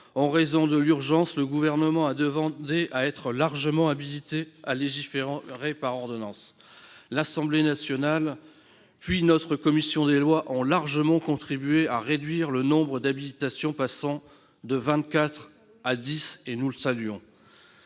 En raison de l'urgence, le Gouvernement a demandé à être largement habilité à légiférer par ordonnances. L'Assemblée nationale puis notre commission des lois ont fortement contribué à réduire le nombre d'habilitations, passé de 24 à 10. Nous le saluons.